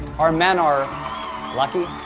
our men are lucky.